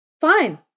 fine